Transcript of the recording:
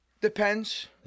Depends